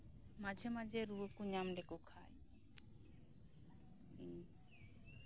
ᱢᱟᱡᱷᱮ ᱢᱟᱡᱷᱮ ᱨᱩᱣᱟᱹ ᱠᱚ ᱧᱟᱢ ᱞᱮᱠᱚ ᱠᱷᱟᱱ ᱤᱧ